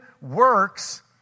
works